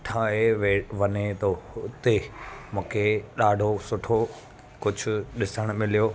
ठही वे वञे थो हुते मूंखे ॾाढो सुठो कुझु ॾिसणु मिलियो